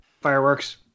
fireworks